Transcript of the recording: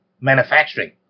manufacturing